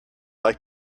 like